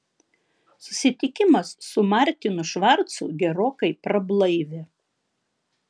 susitikimas su martinu švarcu gerokai prablaivė